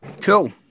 Cool